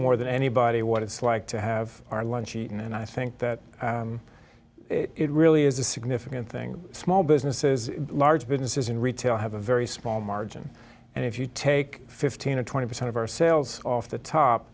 more than anybody what it's like to have our lunch eaten and i think that it really is a significant thing small businesses large businesses in retail have a very small margin and if you take fifteen or twenty percent of our sales off the top